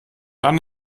dann